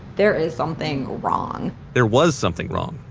there is something wrong. there was something wrong.